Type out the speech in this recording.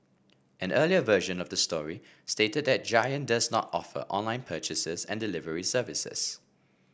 an earlier version of the story stated that Giant does not offer online purchase and delivery services